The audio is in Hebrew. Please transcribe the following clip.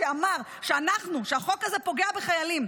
שאמר שהחוק הזה פוגע בחיילים.